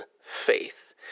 faith